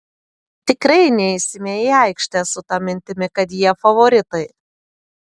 tikrai neisime į aikštę su ta mintimi kad jie favoritai